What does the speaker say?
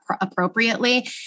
appropriately